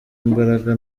imbaraga